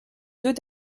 deux